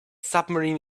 submarine